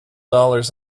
dollars